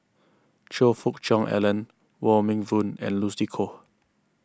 Choe Fook Cheong Alan Wong Meng Voon and Lucy Koh